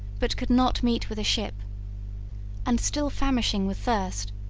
but could not meet with a ship and, still famishing with thirst,